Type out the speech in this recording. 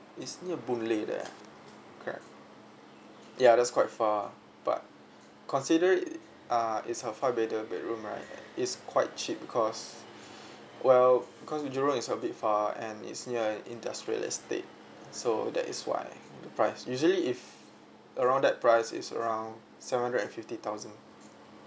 it's near boon lay there correct ya that's quite far but consider ah it's a five bedder bedroom right it's quite cheap because well because in jurong is a bit far and it's near industrial estate so that is why the price usually if around that price is around seven hundred and fifty thousand